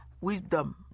wisdom